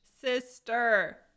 sister